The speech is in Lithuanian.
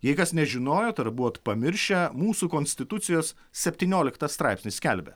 jei kas nežinojot ar buvot pamiršę mūsų konstitucijos septynioliktas straipsnis skelbia